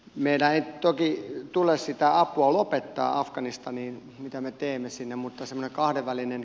meillä ei toki tulee siitä onko lopettaa afganistaniin mitä me teemme sinne mutaselle kahdenvälinen